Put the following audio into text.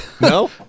No